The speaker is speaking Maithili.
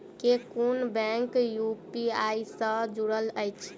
केँ कुन बैंक यु.पी.आई सँ जुड़ल अछि?